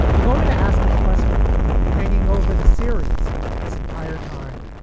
going to ask a question that's been hanging over the series this entire time.